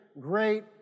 great